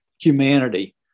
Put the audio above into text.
humanity